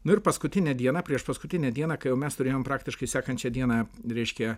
nu ir paskutinę dieną priešpaskutinę dieną kai jau mes turėjom praktiškai sekančią dieną reiškia